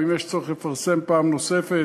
או אם יש צורך לפרסם פעם נוספת,